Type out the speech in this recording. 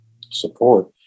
support